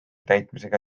täitmisega